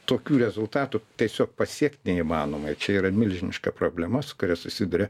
tokių rezultatų tiesiog pasiekt neįmanoma čia yra milžiniška problema su kuria susiduria